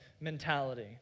mentality